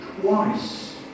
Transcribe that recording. twice